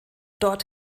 dort